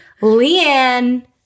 Leanne